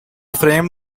frame